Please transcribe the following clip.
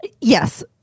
Yes